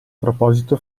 proposito